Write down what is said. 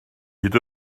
hyd